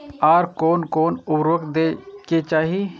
आर कोन कोन उर्वरक दै के चाही?